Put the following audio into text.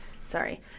Sorry